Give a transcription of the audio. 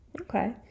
Okay